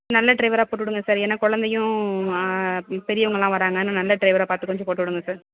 நல்ல டிரைவராக போட்டுவிடுங்க சார் ஏன்னால் குழந்தையும் பெரியவங்கள்லாம் வராங்க அதனால் நல்ல டிரைவராக பார்த்து கொஞ்சம் போட்டுவிடுங்க